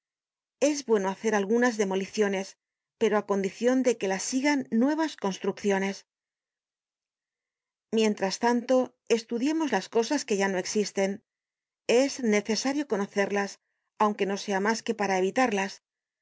es bueno hacer algunas demoliciones pero á condicion de que las sigan nuevas construcciones mientras tanto estudiemos las cosas que ya no existen es necesario conocerlas aunque no sea mas que para evitarlas